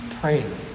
praying